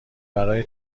برای